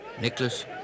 Nicholas